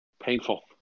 painful